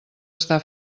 està